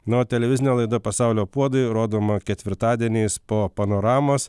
na o televizinė laida pasaulio puodai rodoma ketvirtadieniais po panoramos